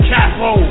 Capo